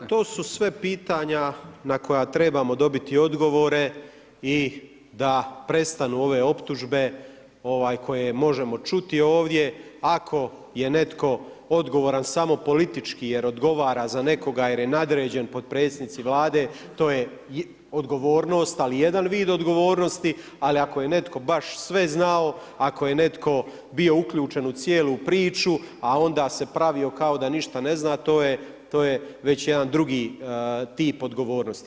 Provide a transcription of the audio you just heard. Pa to su sve pitanja na koja trebamo dobiti odgovore i da prestanu ove optužbe koje možemo čuti ovdje, ako je netko odgovoran samo politički, jer odgovara za nekoga jer je nadređen potpredsjednici Vlade, to je odgovornost, ali jedan vid odgovornosti, ali ako je netko baš sve znao, ako je netko bio uključen u cijelu priču, a onda se pravio kao da ništa ne zna, to je već jedan drugi tip odgovornosti.